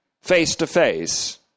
face-to-face